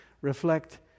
reflect